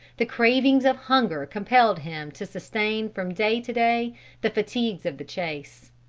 the cravings of hunger compelled him to sustain from day to day the fatigues of the chase.